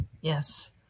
yes